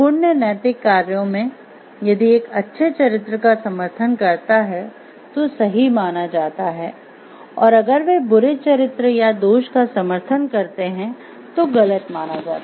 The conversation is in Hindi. पुण्य नैतिक कार्यों में यदि एक अच्छे चरित्र का समर्थन करता है तो सही माना जाता है और अगर वे बुरे चरित्र या दोष का समर्थन करते हैं तो गलत माना जाता है